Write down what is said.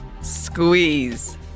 Squeeze